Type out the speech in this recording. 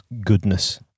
goodness